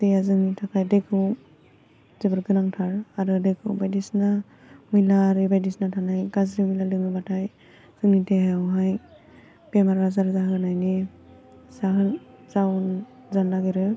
दैया जोंनि थाखाय दैखौ जोबोद गोनांथार आरो दैखौ बायदिसिना मैलाआरि बायदिसिना थानाय गाज्रि मैला लोङोबाथाय जोंनि देहायावहाय बेमार आजार जाहोनायनि जाहोन जाउन जानो नागिरो